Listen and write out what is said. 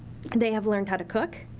and they have learned how to cook,